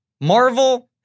Marvel